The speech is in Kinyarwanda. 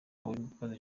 uwimbabazi